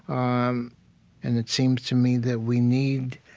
um and it seems to me that we need,